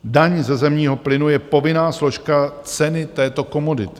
Daň ze zemního plynu je povinná složka ceny této komodity.